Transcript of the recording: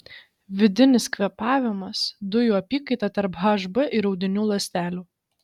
vidinis kvėpavimas dujų apykaita tarp hb ir audinių ląstelių